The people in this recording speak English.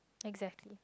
exactly